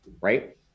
right